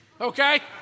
Okay